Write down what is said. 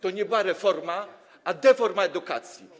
To nie była reforma, a deforma edukacji.